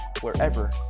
wherever